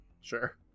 sure